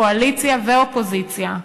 קואליציה ואופוזיציה.